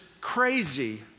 crazy